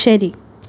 ശരി